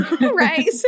right